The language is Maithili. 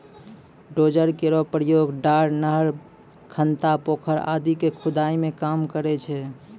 डोजर केरो प्रयोग डार, नहर, खनता, पोखर आदि क खुदाई मे काम करै छै